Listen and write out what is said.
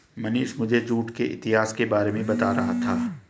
मनीष मुझे जूट के इतिहास के बारे में बता रहा था